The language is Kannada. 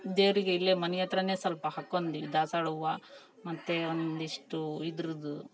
ದೇವರಿಗೆ ಇಲ್ಲೇ ಮನೆ ಹತ್ತಿರನೇ ಸ್ವಲ್ಪ ಹಾಕೊಂಡು ದಾಸ್ವಾಳ್ ಹೂವು ಮತ್ತು ಒಂದಷ್ಟೂ ಇದ್ರದೂ